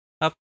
Up